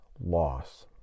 loss